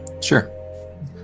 Sure